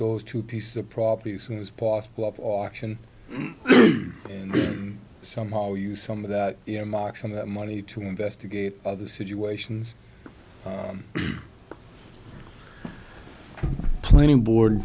those two pieces of property as soon as possible of auction and somehow use some of that you know marks on that money to investigate other situations planning board